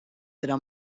però